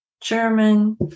German